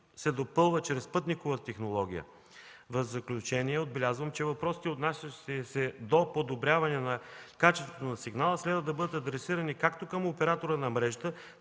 се допълва чрез спътникова технология. В заключение, отбелязвам, че въпросите, отнасящи се до подобряване на качеството на сигнала, следва да бъдат адресирани както към оператора на мрежата,